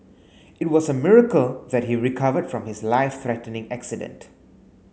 it was a miracle that he recovered from his life threatening accident